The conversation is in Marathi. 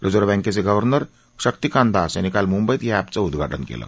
रिझर्व बँकेचे गव्हर्नर शक्तिकांत दास यांनी काल मुंबईत या अॅपचं उद्घाटन केलं